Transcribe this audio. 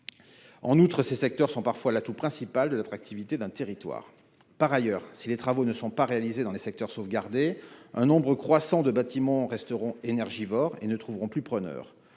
En outre, ces secteurs sont parfois l'atout principal de l'attractivité d'un territoire. Par ailleurs, si les travaux ne sont pas réalisés dans les secteurs sauvegardés, un nombre croissant de bâtiments resteront énergivores et ne trouveront plus preneurs.